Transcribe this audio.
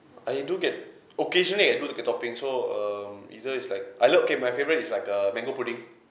I do get occasionally I do to get toppings so um either is like uh look okay my favorite is like err mango pudding